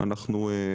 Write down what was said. אנחנו ---.